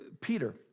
Peter